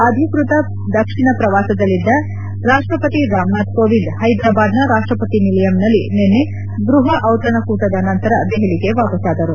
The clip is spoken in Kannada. ಅಧಿಕೃತ ದಕ್ಷಿಣ ಪ್ರವಾಸದಲ್ಲಿದ್ದ ರಾಷ್ಷಪತಿ ರಾಮನಾಥ್ ಕೋವಿಂದ್ ಹೈದರಾಬಾದ್ನ ರಾಷ್ಷಪತಿ ನಿಲಯಂನಲ್ಲಿ ನಿನ್ನೆ ಗೃಹ ಔತಣಕೂಟದ ನಂತರ ದೆಹಲಿಗೆ ವಾಪಸ್ವಾದರು